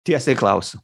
tiesiai klausiu